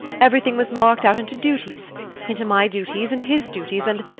everything was marked out into duties into my duties, and his duties, and